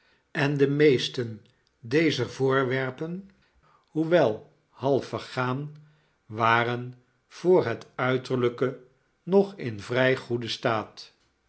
en de meesten dezer voorwerpen hoewel half vergaan waren voor het uiterlijke nog in vrij goeden staat